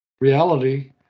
reality